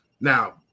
Now